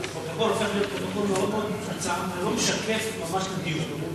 והפרוטוקול הופך להיות פרוטוקול מאוד מצומצם ולא משקף את הדיון.